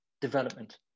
development